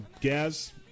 Gaz